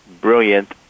brilliant